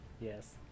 Yes